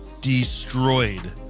destroyed